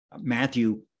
Matthew